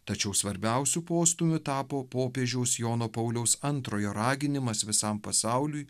tačiau svarbiausiu postūmiu tapo popiežiaus jono pauliaus antrojo raginimas visam pasauliui